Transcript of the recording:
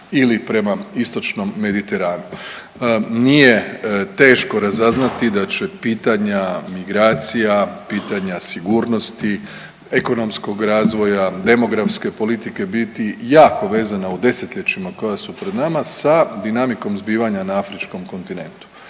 ili prema Istočnom Mediteranu. Nije teško razaznati da će pitanja migracija, pitanja sigurnosti, ekonomskog razvoja, demografske politike biti jako vezana u 10-ljećima koja su pred nama sa dinamikom zbivanja na afričkom kontinentu.